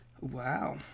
wow